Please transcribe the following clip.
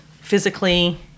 physically